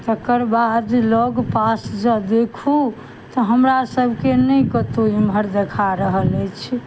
तकर बाद लग पास जँ देखू तऽ हमरा सबके नहि कतौ एम्हर देखा रहल अछि